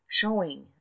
showing